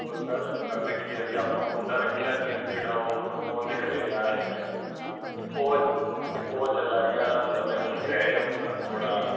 ਉਹ ਸਰ ਗੱਲ ਕੀ ਹੈ ਵੀ ਆਪਾਂ ਮੁੰਡਾ ਰੱਖਿਆ ਸੀ ਨਾ ਜਿਹੜਾ ਉਹਨੂੰ ਉਹਦੇ ਘਰ ਵਿਆਹ ਹੈਗਾ ਉਹ ਉਹ ਚਲਾ ਗਿਆ ਨਵੇਂ ਮੁੰਡੇ ਆਏ ਉਨ੍ਹਾਂ ਨੂੰ ਥੋੜ੍ਹਾ